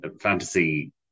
fantasy